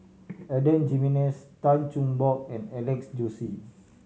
Adan Jimenez Tan Cheng Bock and Alex Josey